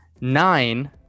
nine